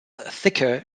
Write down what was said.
thicker